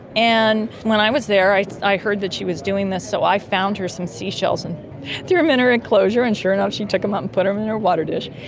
and when i was there i i heard that she was doing this, so i found her some seashells and threw them in her enclosure and sure enough she took them up ah and put them in her water dish,